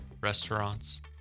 restaurants